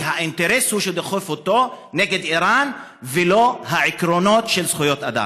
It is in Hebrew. כי האינטרס הוא שדוחף אותו הוא נגד איראן ולא העקרונות של זכויות אדם.